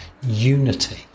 unity